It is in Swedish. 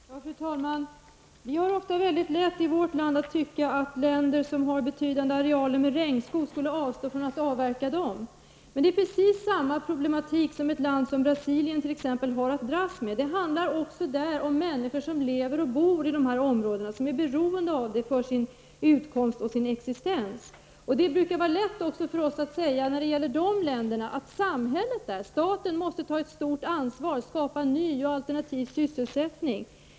Fru talman! Vi har ofta väldigt lätt i vårt land att tycka att länder som har betydande arealer regnskog skulle avstå från att avverka dem. Men det är precis samma problematik som ett land som Brasilien har att dras med. Det handlar också där om människor som lever och bor i dessa områden och som är beroende av dem för sin utkomst och sin existens. Det brukar också vara lätt för oss att säga när det gäller dessa länder att samhället, staten där, måste ta ett stort ansvar för att skapa ny och alternativ sysselsättning.